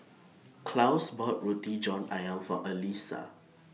Claus bought Roti John Ayam For Allyssa